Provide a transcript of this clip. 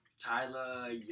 Tyler